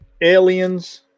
aliens